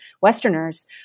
Westerners